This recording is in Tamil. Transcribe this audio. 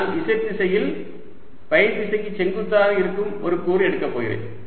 நான் z திசையில் ஃபை திசைக்கு செங்குத்தாக இருக்கும் ஒரு கூறு எடுக்கப் போகிறேன்